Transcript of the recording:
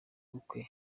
bukwe